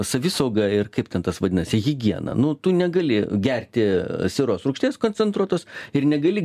savisaugą ir kaip ten tas vadinasi higiena nu tu negali gerti sieros rūgšties koncentruotos ir negali